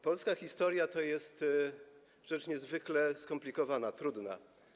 Polska historia to jest rzecz niezwykle skomplikowana, trudna.